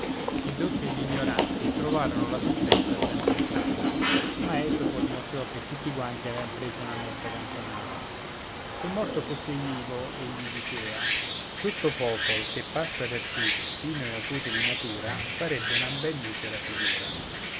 i dotti e gl'ignoranti trovaron la sentenza ben pensata ma esopo dimostrò che tutti quanti avean presa una mezza cantonata se il morto fosse vivo egli dicea questo popol che passa per sì fino e acuto di natura farebbe una ben misera figura